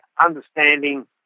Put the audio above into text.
understanding